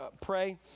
pray